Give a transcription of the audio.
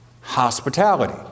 Hospitality